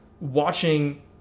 watching